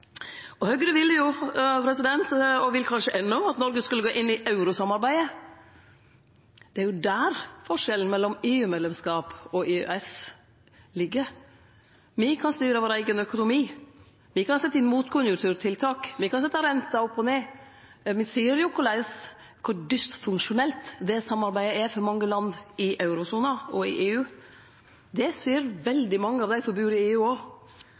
Høgre ville jo – og vil kanskje enno – at Noreg skulle gå inn i eurosamarbeidet. Det er jo der forskjellen mellom EU-medlemskap og EØS ligg. Me kan styre vår eigen økonomi, me kan setje inn motkonjunkturtiltak, me kan setje renta opp og ned, men me ser jo kor dysfunksjonelt det samarbeidet er for mange land i eurosona og i EU. Det ser òg veldig mange av dei som bur i EU.